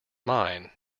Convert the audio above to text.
mine